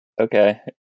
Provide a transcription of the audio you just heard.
okay